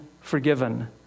forgiven